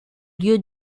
lieu